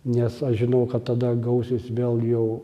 nes aš žinau kad tada gausis vėlgi jau